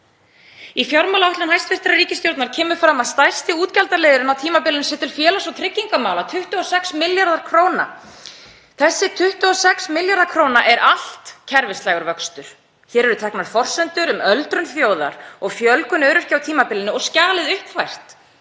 Í fjármálaáætlun hæstv. ríkisstjórnar kemur fram að stærsti útgjaldaliðurinn á tímabilinu sé til félags- og tryggingamála, 26 milljarðar kr. Þessir 26 milljarðar kr. er allt kerfislægur vöxtur. Hér eru teknar forsendur um öldrun þjóðar og fjölgun öryrkja á tímabilinu og skjalið uppfært.